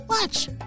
Watch